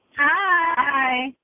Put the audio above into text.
Hi